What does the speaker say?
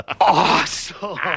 Awesome